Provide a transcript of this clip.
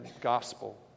gospel